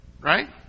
right